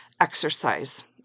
Exercise